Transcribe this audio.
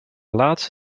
laat